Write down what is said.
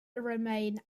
remain